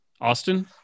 Austin